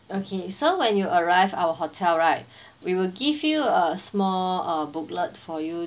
okay so when you arrive our hotel right we will give you a small uh booklet for you